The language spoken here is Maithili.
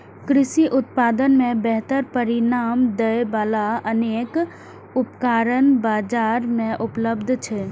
कृषि उत्पादन मे बेहतर परिणाम दै बला अनेक उपकरण बाजार मे उपलब्ध छै